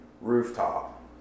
rooftop